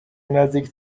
نزدیک